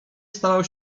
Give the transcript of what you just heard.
stawał